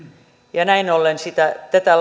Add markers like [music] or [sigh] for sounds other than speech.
ja näin ollen tätä [unintelligible]